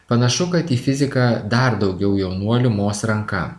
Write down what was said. panašu kad į fiziką dar daugiau jaunuolių mos ranka